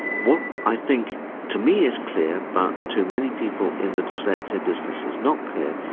what i think to me is clear but to many people in the dyslexia business is not clear,